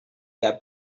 their